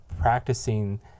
practicing